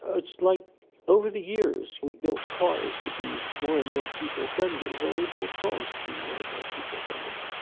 it's like over the years we built cars to be more and more people-friendly, well, we've built dogs to be more and more people-friendly,